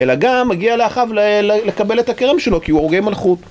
אלא גם מגיע לאחיו לקבל את הכרם שלו, כי הוא הרוגי מלכות.